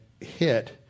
hit